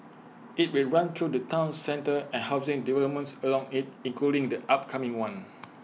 IT will run through the Town centre and housing developments along IT including the upcoming one